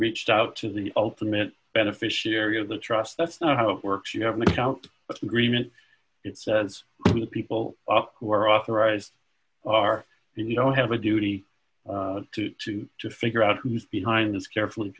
reached out to the ultimate beneficiary of the trust that's how it works you have an account of agreement it says the people who are authorized are you know have a duty to to to figure out who's behind this carefully